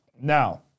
Now